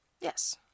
Yes